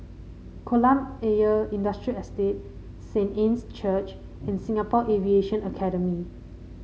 Kolam Ayer Industrial Estate Saint Anne's Church and Singapore Aviation Academy